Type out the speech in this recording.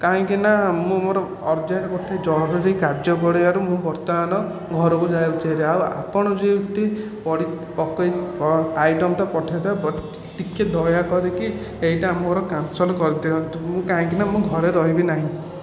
କାହିଁକିନା ମୁଁ ମୋର ଅର୍ଜେଣ୍ଟ ଗୋଟିଏ ଜରୁରୀ କାର୍ଯ୍ୟ ପଡ଼ିବାରୁ ମୁଁ ବର୍ତ୍ତମାନ ଘରକୁ ଯାଉଛି ହେରି ଆଉ ଆପଣ ଯେମିତି ଆଇଟମ୍ ଟା ପଠେଇ ଟିକିଏ ଦୟା କରିକି ଏଇଟା ମୋର କ୍ୟାନ୍ସଲ କରିଦିଆନ୍ତୁ ମୁଁ କାହିଁକିନା ଘରେ ରହିବି ନାହିଁ